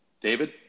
David